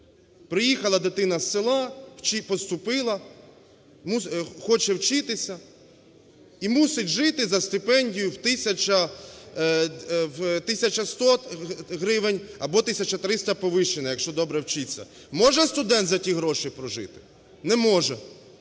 Приїхала дитина з села, чи поступила, хоче вчитися - і мусить жити за стипендію в 1 тисячу 100 гривень, або 1 тисяча 300,повишена, якщо добре вчиться. Може студент за ті гроші прожити? Не може.